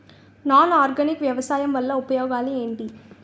Non organic వ్యవసాయం వల్ల ఉపయోగాలు ఏంటీ?